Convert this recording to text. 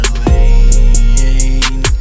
lane